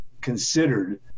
considered